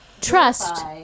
Trust